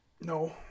No